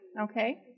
okay